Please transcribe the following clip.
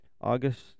August